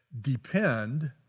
depend